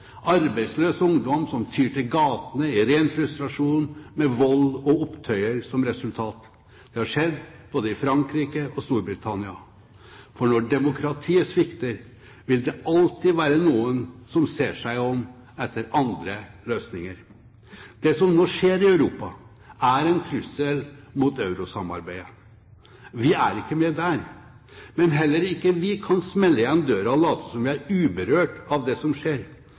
arbeidsløs ungdom som tyr til gatene i ren frustrasjon, med vold og opptøyer som resultat. Det har skjedd i både Frankrike og i Storbritannia. For når demokratiet svikter, vil det alltid være noen som ser seg om etter andre løsninger. Det som nå skjer i Europa, er en trussel mot eurosamarbeidet. Vi er ikke med der, men heller ikke vi kan smelle igjen døra og late som om vi er uberørt av det som skjer.